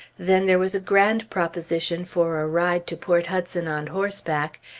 then there was a grand proposition for a ride to port hudson on horseback,